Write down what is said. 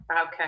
Okay